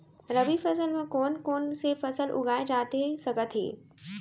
रबि फसल म कोन कोन से फसल उगाए जाथे सकत हे?